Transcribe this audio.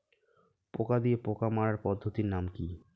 পোকা দিয়ে পোকা মারার পদ্ধতির নাম কি?